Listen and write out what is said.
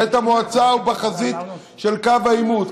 בית המועצה הוא בחזית של קו העימות,